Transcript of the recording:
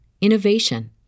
innovation